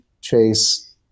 chase